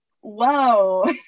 whoa